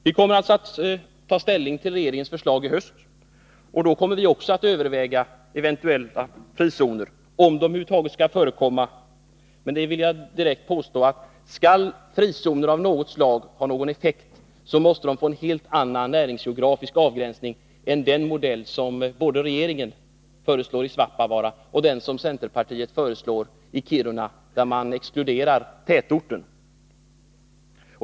Vi kommer alltså att ta ställning till regeringens förslag i höst, och då kommer vi också att överväga eventuella frizoner — om de över huvud taget skall förekomma. Jag vill dock direkt påpeka att skall frizoner av något slag få någon effekt, måste det bli en helt annan näringsgeografisk avgränsning än enligt den modell som regeringen förslår i Svappavaara och likaså en annan än enligt den modell som centerpartiet föreslår i Kiruna, där man exkluderar tätorten.